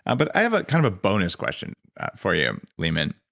and but i have ah kind of a bonus question for you leemon.